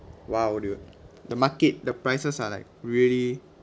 what will you do the market the prices are like really